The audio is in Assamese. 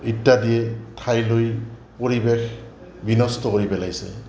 ইত্যাদিয়ে ঠাইলৈ পৰিৱেশ বিনষ্ট কৰি পেলাইছে